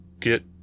get